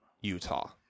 Utah